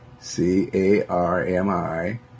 C-A-R-M-I